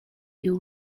you